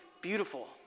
beautiful